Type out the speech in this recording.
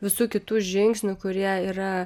visų kitų žingsnių kurie yra